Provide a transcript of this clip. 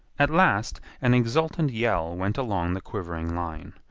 at last an exultant yell went along the quivering line.